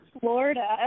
Florida